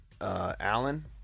Allen